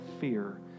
fear